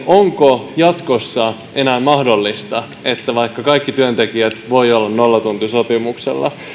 onko jatkossa enää mahdollista että vaikkapa kaikki työntekijät voivat olla nollatuntisopimuksella